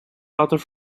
laten